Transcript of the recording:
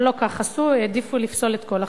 אבל לא כך עשו, העדיפו לפסול את כל החוק.